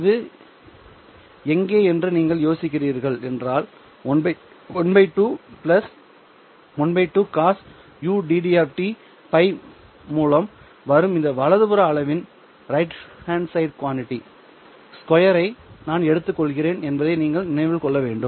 இது எங்கே என்று நீங்கள் யோசிக்கிறீர்கள் என்றால் ½ ½ cos udπ மூலம் வரும் இந்த வலது புற அளவின் சதுரத்தை நான் எடுத்துக்கொள்கிறேன் என்பதை நீங்கள் நினைவில் கொள்ள வேண்டும்